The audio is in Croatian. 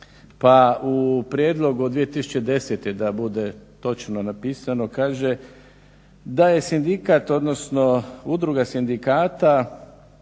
pa u prijedlogu od 2010. da bude točno napisano kaže: "Da je sindikat, odnosno udruga sindikata